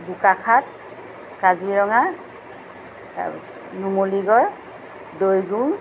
বোকাখাট কাজিৰঙা তাৰপিছত নুমলিগড় দৈ গুং